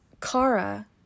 Kara